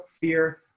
fear